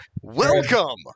welcome